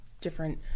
different